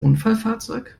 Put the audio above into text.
unfallfahrzeug